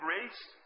grace